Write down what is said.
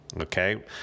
Okay